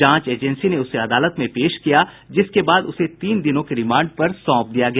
जांच एजेंसी ने उसे अदालत में पेश किया जिसके बाद उसे तीन दिनों के रिमांड पर सोंप दिया गया